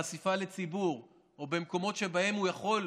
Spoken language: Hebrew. בחשיפה לציבור או במקומות שבהם הוא יכול,